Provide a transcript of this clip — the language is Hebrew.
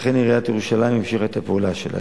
לכן, עיריית ירושלים המשיכה את הפעולה שלה.